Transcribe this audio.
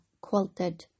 quilted